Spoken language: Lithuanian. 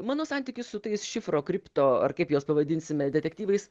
mano santykis su tais šifro kripto ar kaip juos pavadinsime detektyvais